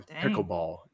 pickleball